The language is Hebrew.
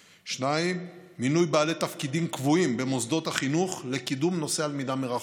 2. מינוי בעלי תפקידים קבועים במוסדות החינוך לקידום נושא הלמידה מרחוק,